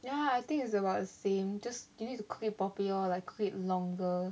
ya I think is about the same just you need to cook it properly lor like cook it longer